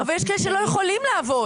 שקלים --- אבל יש כאלה שלא יכולים לעבוד.